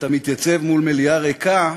כשאתה מתייצב מול מליאה ריקה,